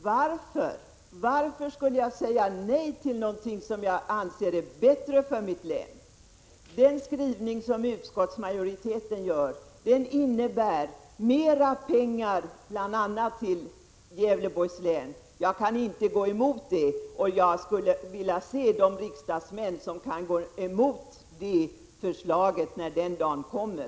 Fru talman! Varför skulle jag säga nej till någonting som jag anser är bättre för mitt län? Den skrivning som utskottsmajoriteten gör innebär mera pengar bl.a. till Gävleborgs län. Jag kan inte gå emot det, och jag skulle vilja se de riksdagsmän som kan gå emot det förslaget när den dagen kommer.